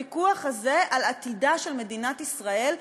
הוויכוח הזה על עתידה של מדינת ישראל,